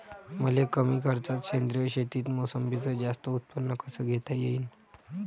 मले कमी खर्चात सेंद्रीय शेतीत मोसंबीचं जास्त उत्पन्न कस घेता येईन?